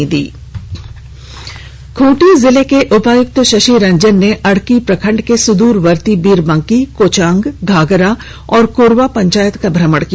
Khunti special story Khunti जिले के उपायुक्त शशि रंजन ने अड़की प्रखण्ड के सुदूरवर्ती बिरबांकी कोचांग घाघरा और कोरवा पंचायत का भ्रमण किया